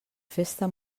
festa